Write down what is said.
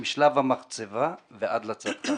משלב המחצבה ועד לצרכן.